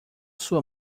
sua